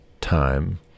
time